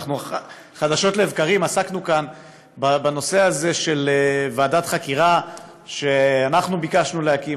חדשות לבקרים עסקנו כאן בנושא הזה של ועדת חקירה שביקשנו להקים,